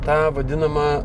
tą vadinamą